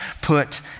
put